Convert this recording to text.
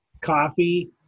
Coffee –